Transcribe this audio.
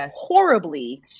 horribly